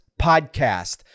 podcast